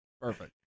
Perfect